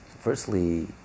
Firstly